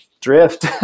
drift